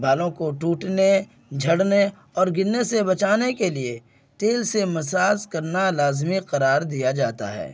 بالوں کو ٹوٹنے جھڑنے اور گرنے سے بچانے کے لیے تیل سے مساج کرنا لازمی قرار دیا جاتا ہے